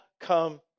come